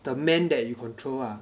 the man that you control ah